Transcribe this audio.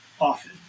often